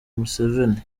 museveni